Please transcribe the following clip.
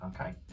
okay